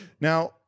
Now